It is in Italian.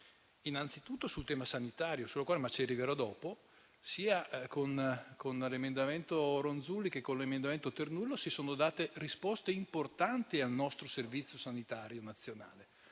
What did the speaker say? Innanzitutto, sul tema sanitario, sul quale tornerò in seguito, sia con l'emendamento Ronzulli, sia con l'emendamento Ternullo, si sono date risposte importanti al nostro Servizio sanitario nazionale,